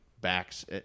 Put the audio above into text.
backs